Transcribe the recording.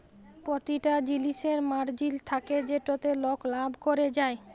পতিটা জিলিসের মার্জিল থ্যাকে যেটতে লক লাভ ক্যরে যায়